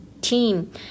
team